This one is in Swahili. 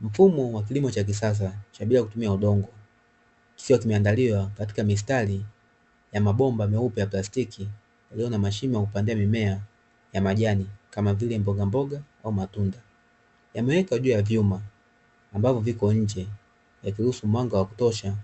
Mfumo wa kilimo cha kisasa cha bila ya kutumia udongo kikiwa kimeandaliwa katika mistari ya mabomba meupe ya plastiki yaliyo na mashimo ya kupandia mimea ya majani kama vile; mbogamboga au matunda, yamewekwa juu ya vyuma ambavyo viko nje yakiruhusu mwanga wa kutosha